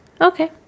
Okay